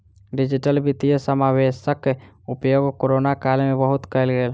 digital वित्तीय समावेशक उपयोग कोरोना काल में बहुत कयल गेल